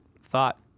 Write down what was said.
thought